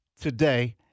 today